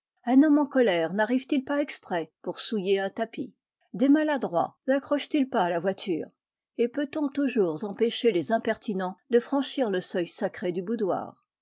un homme en colère n'arrive-t-il pas exprès pour souiller un tapis des maladroits naccrochent ils pas la voiture et peut-on toujours empêcher les impertinents de franchir le seuil sacré du boudoir